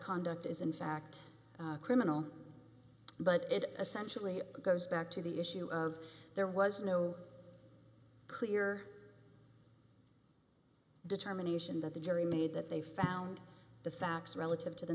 conduct is in fact criminal but it essentially goes back to the issue of there was no clear determination that the jury made that they found the facts relative to the